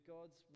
God's